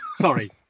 Sorry